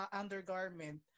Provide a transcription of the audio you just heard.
undergarment